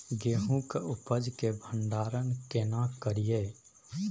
गेहूं के उपज के भंडारन केना करियै?